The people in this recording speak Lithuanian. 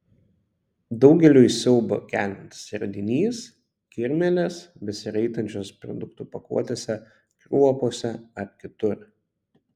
daugeliui siaubą keliantis radinys kirmėlės besiraitančios produktų pakuotėse kruopose ar kitur